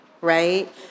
right